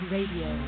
Radio